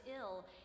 ill